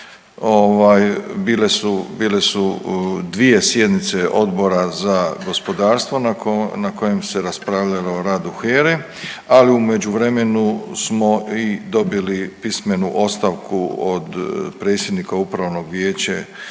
bile su dvije sjednice Odbora za gospodarstvo na kojem se raspravljalo o radu HERA-e, ali u međuvremenu smo i dobili pismenu ostavku od predsjednika upravnog vijeća